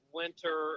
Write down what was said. winter